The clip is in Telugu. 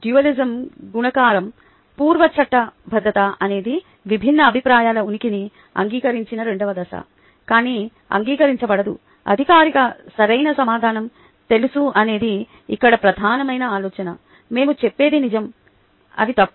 డ్యుయలిస్మ్ గుణకారం పూర్వ చట్టబద్ధత అనేది విభిన్న అభిప్రాయాల ఉనికిని అంగీకరించిన రెండవ దశ కానీ అంగీకరించబడదు అధికారికి సరైన సమాధానం తెలుసు అనేది ఇక్కడ ప్రధానమైన ఆలోచన మేము చెప్పేది నిజం అవి తప్పు